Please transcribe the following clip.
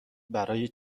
برای